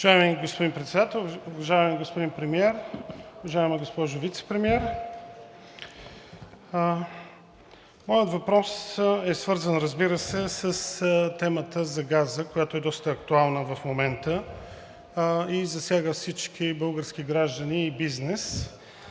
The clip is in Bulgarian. Уважаеми господин Председател, уважаеми господин Премиер, уважаема госпожо Вицепремиер! Моят въпрос е свързан, разбира се, с темата за газа, която е доста актуална в момента, и засяга всички български граждани и бизнес.